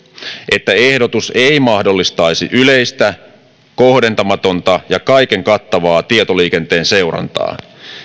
että ehdotus ei mahdollistaisi yleistä kohdentamatonta ja kaiken kattavaa tietoliikenteen seurantaa